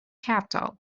capital